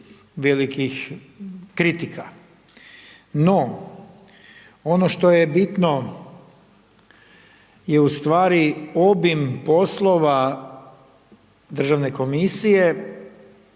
velikih kritika. No, ono što je bitno je ustvari obim poslova Državne komisije